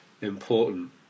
important